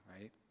right